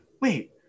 wait